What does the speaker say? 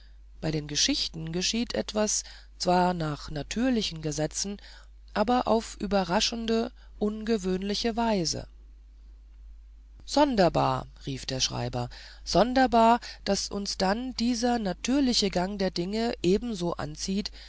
bei den geschichten geschieht etwas zwar nach natürlichen gesetzen aber auf überraschende ungewöhnliche weise sonderbar rief der schreiber sonderbar daß uns dann dieser natürliche gang der dinge ebenso anzieht